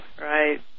Right